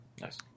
Nice